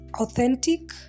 authentic